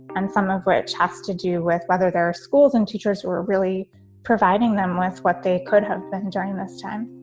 and some of which has to do with whether their schools and teachers are really providing them with what they could have been during this time